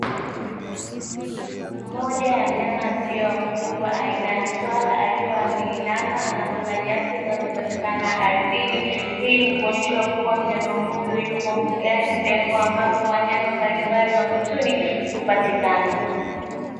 Moja ya mnyama asiye wa kufugwa aina ya swala akiwa ameinama anakula nyasi zinazopatikana ardhini, hii ni kuonyesha kuwa mnyama huyu yuko mbugani sehemu ambayo wanyama mbalimbali wa mwituni hupatikana.